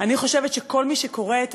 חברי חבר הכנסת אלי כהן,